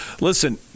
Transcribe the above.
Listen